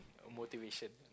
motivation